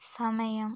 സമയം